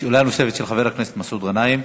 שאלה נוספת של חבר הכנסת מסעוד גנאים.